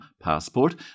Passport